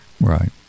right